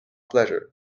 pleasure